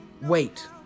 Wait